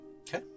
okay